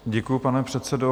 Děkuji, pane předsedo.